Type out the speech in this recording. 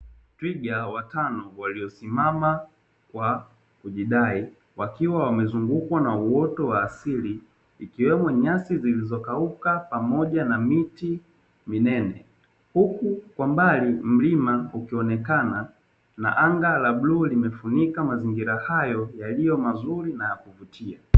Twiga watano waliosimama kwa kujidai wakiwa wamezungukwa na uoto wa asili ikiwemo nyasi zilizokauka pamoja na miti minene, huku kwa mbali mlima ukionekana na anga la bluu limefunika mazingira hayo yaliyo mazuri na ya kuvutia.